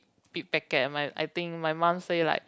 big packet my I think my mum say like